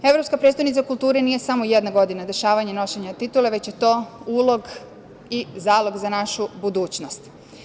Evropska prestonica kulture“ nije samo jedna godina dešavanja i nošenja titule, već je to ulog i zalog za našu budućnost.